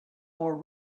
more